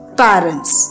parents